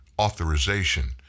authorization